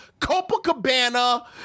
Copacabana